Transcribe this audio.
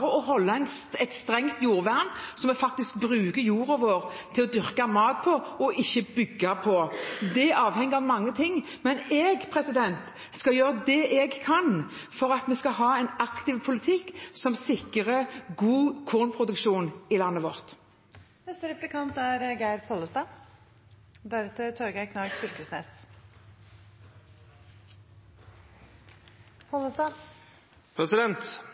å holde et strengt jordvern, slik at vi faktisk bruker jorda vår til å dyrke mat på, og ikke til å bygge på. Så det er mange ting som avgjør om vi klarer å opprette dette. Det avhenger av mange ting, men jeg skal gjøre det jeg kan for at vi skal ha en aktiv politikk som sikrer god kornproduksjon i landet vårt.